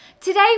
Today